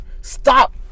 Stop